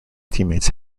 teammates